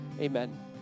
amen